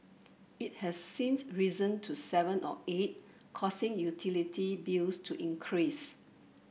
it has since risen to seven or eight causing utility bills to increase